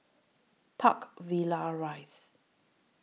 Park Villas Rise